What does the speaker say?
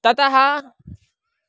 ततः